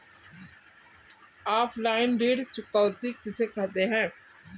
Offline ऋण चुकौती कैसे करते हैं?